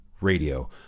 Radio